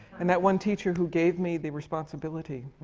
and that one teacher who gave me the responsibility.